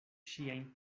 ŝiajn